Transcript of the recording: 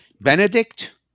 Benedict